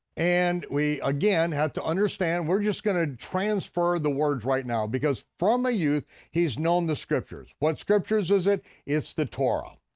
and we again have to understand we're just going to transfer the words right now, because from a youth he's known the scriptures. what scriptures is it? it's the torah.